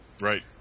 right